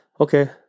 Okay